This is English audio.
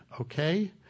okay